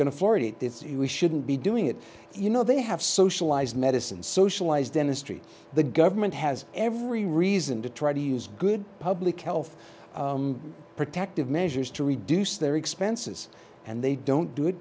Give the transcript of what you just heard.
eight this year we shouldn't be doing it you know they have socialized medicine socialized dentistry the government has every reason to try to use good public health protective measures to reduce their expenses and they don't do it